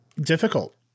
Difficult